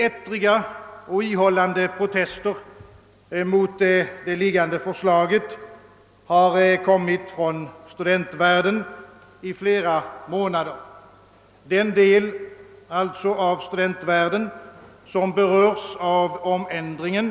Ettriga och ihållande protester mot det framlagda förslaget har under flera månader framförts från den del av studentvärlden som berörs av ändringarna.